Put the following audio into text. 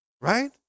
Right